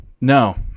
No